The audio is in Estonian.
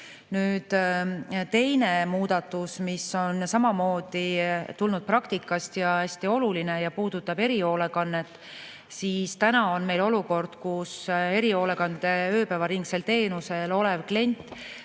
Teine muudatus, mis on samamoodi tulnud praktikast ja on hästi oluline, puudutab erihoolekannet. Täna on meil olukord, kus erihoolekande ööpäevaringsel teenusel olev klient